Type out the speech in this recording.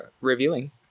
reviewing